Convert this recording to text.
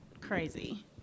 crazy